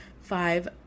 five